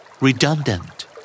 Redundant